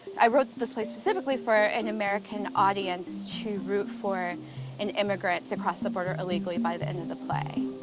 i wrote this play specifically for an american audience to root for an immigrant to cross the border illegally by the end of the play.